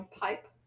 pipe